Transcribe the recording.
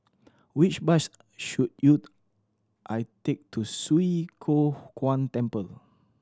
which bus should you I take to Swee Kow Kuan Temple